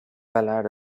ballad